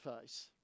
face